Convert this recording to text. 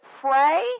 pray